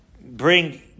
bring